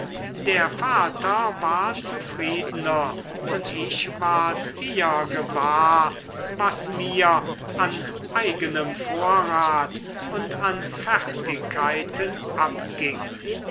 der vater war zufriedener und ich ward eher gewahr was mir an eigenem vorrat und an fertigkeiten abging